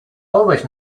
always